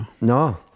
no